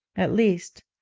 at least,